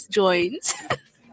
joins